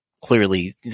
clearly